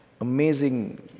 amazing